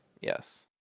Yes